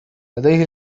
لديه